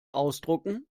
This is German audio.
ausdrucken